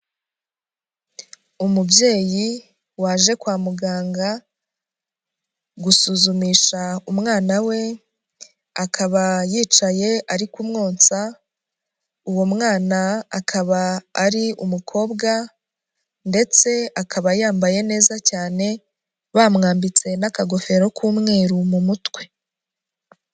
Umubyeyi waje kwa muganga, gusuzumisha umwana we, akaba yicaye ari kumwonsa uwo mwana akaba ari umukobwa ndetse akaba yambaye neza cyane, bamwambitse n'akagofero k'umweru mu mutwe.